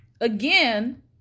again